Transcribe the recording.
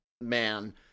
man